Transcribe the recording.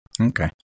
Okay